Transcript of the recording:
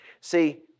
See